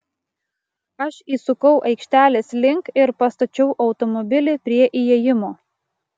aš įsukau aikštelės link ir pastačiau automobilį prie įėjimo